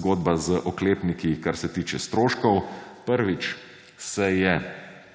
zgodba z oklepniki, kar se tiče stroškov. Prvič se je